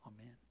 Amen